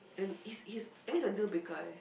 and he's he's I mean he's a little bigger eh